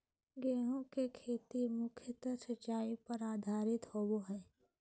गेहूँ के खेती मुख्यत सिंचाई पर आधारित होबा हइ